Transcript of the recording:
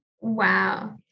Wow